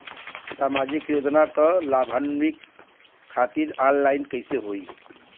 सामाजिक योजना क लाभान्वित खातिर ऑनलाइन कईसे होई?